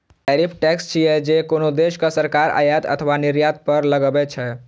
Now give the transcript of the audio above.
tariff tax छियै, जे कोनो देशक सरकार आयात अथवा निर्यात पर लगबै छै